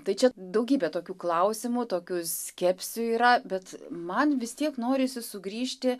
tai čia daugybė tokių klausimų tokių skepsių yra bet man vis tiek norisi sugrįžti